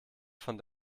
von